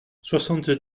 soixante